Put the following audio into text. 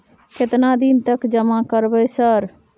केतना दिन तक जमा करबै सर?